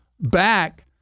back